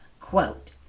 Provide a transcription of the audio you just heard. Quote